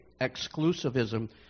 exclusivism